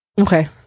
okay